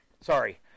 Sorry